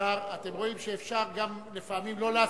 אתם רואים שאפשר גם לפעמים לא להסכים,